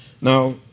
Now